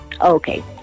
Okay